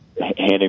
handing